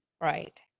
Right